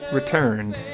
returned